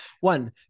One